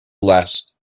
less